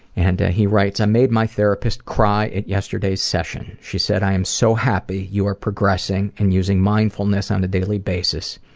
and he writes, i made my therapist cry at yesterday's session. she said, i am so happy you are progressing and using mindfulness on a daily basis.